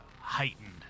heightened